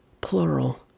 Plural